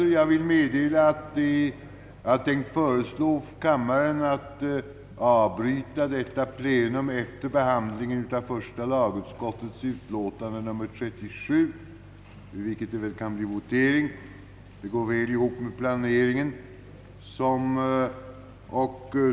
Jag vill meddela, att jag tänker föreslå kammaren att avbryta detta plenum efter behandlingen av första lagutskottets utlåtande nr 37, vid vilket det kan bli votering.